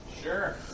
Sure